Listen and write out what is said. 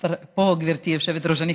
את פה, גברתי היושבת-ראש.